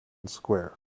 square